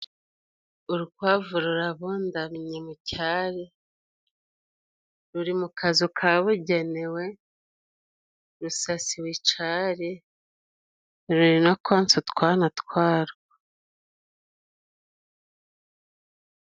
Urukwavu rurabondamye mu cyari, ruri mu kazu kabugenewe, rusasiwe icari, ruri no konsa utwana twa rwo.